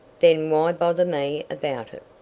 then why bother me about it?